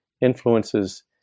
influences